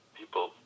people